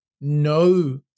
no